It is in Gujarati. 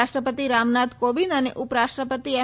રાષ્ટ્રપતિ રામનાથ કોવિંદ અને ઉપરાષ્ટ્રપતિ એમ